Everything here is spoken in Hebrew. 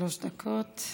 שלוש דקות.